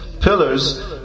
pillars